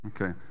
Okay